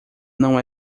não